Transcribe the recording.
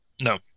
No